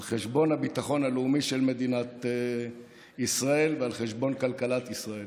על חשבון הביטחון הלאומי של מדינת ישראל ועל חשבון כלכלת ישראל.